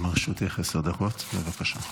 גם לרשותך עשר דקות, בבקשה.